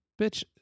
Bitch